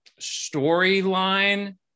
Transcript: storyline